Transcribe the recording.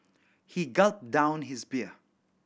he gulped down his beer